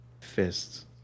Fists